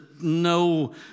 no